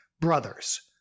brothers